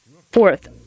Fourth